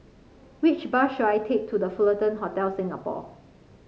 which bus should I take to The Fullerton Hotel Singapore